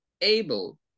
able